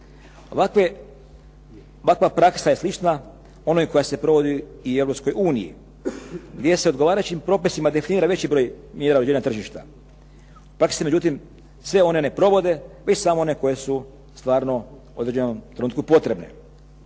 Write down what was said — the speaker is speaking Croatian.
Ovakva praksa je slična i onoj koja se provodi u Europskoj uniji, gdje se odgovarajućim propisima definira veći broj mjera uređenja tržišta. U praksi se međutim sve one ne provode, već samo one koje su stvarno u određenom trenutku potrebne.